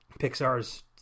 Pixar's